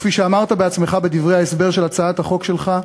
וכפי שאמרת בעצמך בדברי ההסבר של הצעת החוק שלך: